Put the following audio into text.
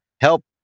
help